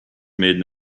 made